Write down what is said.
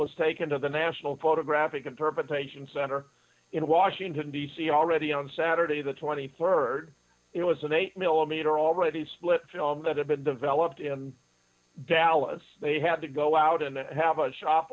was taken to the national photographic interpretation center in washington d c already on saturday the twenty third it was an eight millimeter already split film that had been developed in dallas they had to go out and have a shop